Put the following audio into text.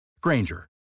Granger